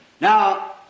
Now